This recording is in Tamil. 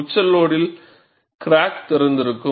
உச்ச லோடில் கிராக் திறந்திருக்கும்